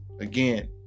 Again